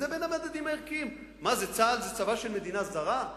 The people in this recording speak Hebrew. זה בין המדדים הערכיים, צה"ל זה צבא של מדינה זרה?